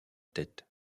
tête